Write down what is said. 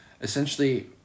essentially